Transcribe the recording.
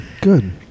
good